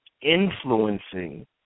influencing